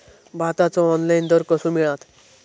भाताचो ऑनलाइन दर कसो मिळात?